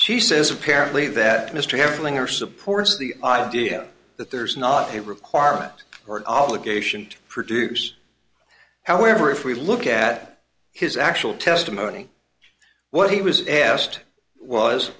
she says apparently that mr erlanger supports the idea that there is not a requirement or an obligation to produce however if we look at his actual testimony what he was asked was